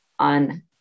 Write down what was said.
on